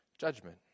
judgment